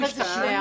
אבל זה שונה.